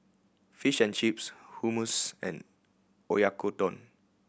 Fish and Chips Hummus and Oyakodon